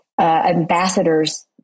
ambassadors